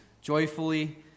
joyfully